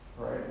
right